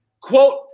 Quote